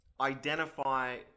identify